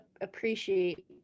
Appreciate